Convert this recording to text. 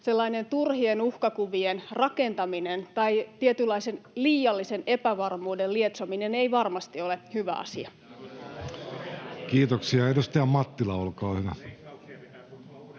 sellainen turhien uhkakuvien rakentaminen tai tietynlaisen liiallisen epävarmuuden lietsominen ei varmasti ole hyvä asia. [Speech 78] Speaker: Jussi Halla-aho